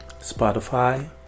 Spotify